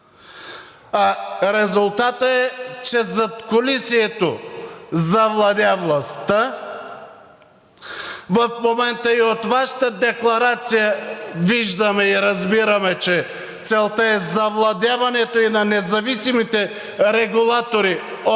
а резултатът е, че задкулисието завладя властта. В момента и от Вашата декларация виждаме и разбираме, че целта е завладяването на независимите регулатори от